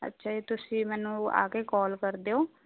ਅੱਛਾ ਜੀ ਤੁਸੀਂ ਮੈਨੂੰ ਆ ਕੇ ਕੋਲ ਕਰ ਦਿਓ